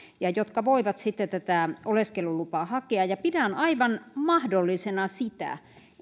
ja jotka voivat sitten tätä oleskelulupaa hakea pidän aivan mahdollisena sitä